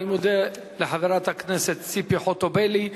אני מודה לחברת הכנסת ציפי חוטובלי.